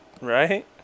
right